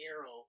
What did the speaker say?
Arrow